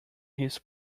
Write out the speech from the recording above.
his